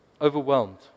overwhelmed